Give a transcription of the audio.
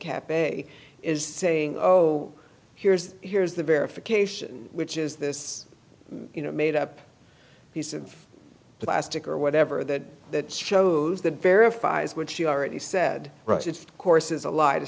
a is saying oh here's here's the verification which is this you know made up piece of plastic or whatever that that shows that verifies what she already said course is a lie to